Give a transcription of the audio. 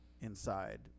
inside